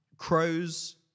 Crows